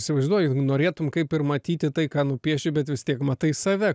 įsivaizduoju norėtum kaip ir matyti tai ką nupieši bet vis tiek matai save